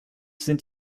sind